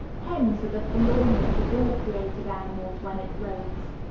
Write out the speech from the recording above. hens are the forlornest of all created animals when it rains.